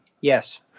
yes